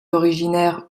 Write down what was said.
originaire